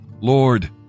Lord